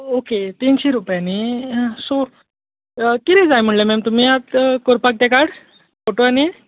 okay तिनशीं रुपया न्ही सो कितें जाय म्हणलें मॅम तुमी स करपाक तेका फॉटो आनी